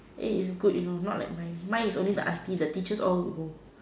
eh it's good you know not like mine mine is only the auntie the teachers all won't go